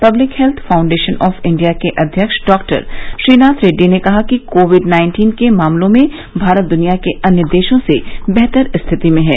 public health foundation of India के अध्यक्ष doctor Srinath Reddy ने कहा कि कोविड नाइन्टीन के मामलों में भारत दुनिया के अन्य देशों से बेहतर स्थिति में है